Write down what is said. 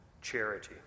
charity